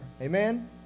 Amen